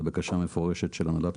לבקשה המפורשת של המל"ל,